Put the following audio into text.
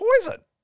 poison